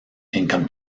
income